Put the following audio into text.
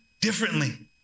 differently